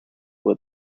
were